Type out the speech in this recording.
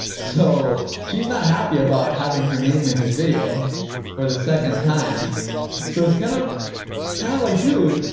so she's not happy about having her name in his video for the second time so it's kind of kind of, like, dude,